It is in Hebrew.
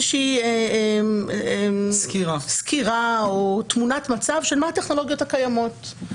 שהיא סקירה או תמונת מצב של מה הטכנולוגיות הקיימות.